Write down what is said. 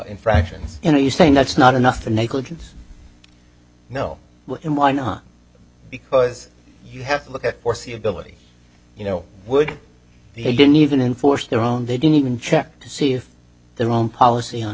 infractions you know you saying that's not enough the negligence no why not because you have to look at foreseeability you know would they didn't even enforce their own didn't even check to see if their own policy on